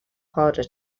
harder